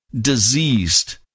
diseased